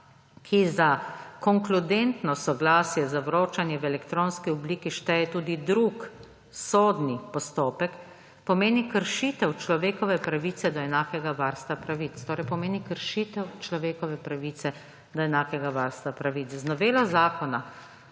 ki za konkludentno soglasje za vročanje v elektronski obliki šteje tudi drug (sodni) postopek, pomeni kršitev človekove pravice do enakega varstva pravic.« Torej pomeni